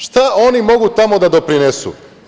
Šta oni mogu tamo da doprinesu?